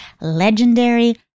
legendary